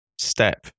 step